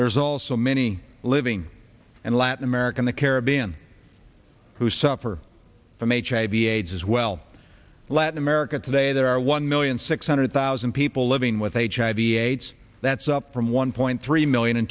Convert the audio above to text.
there's also many living and latin american the caribbean who suffer from a hiv aids as well latin america today there are one million six hundred thousand people living with hiv aids that's up from one point three million in